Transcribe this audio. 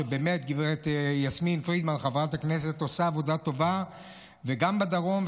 שבאמת חברת הכנסת יסמין פרידמן עושה עבודה טובה גם בדרום.